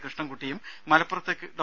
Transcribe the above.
കൃഷ്ണൻകുട്ടിയും മലപ്പുറത്ത് ഡോ